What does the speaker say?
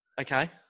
Okay